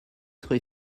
très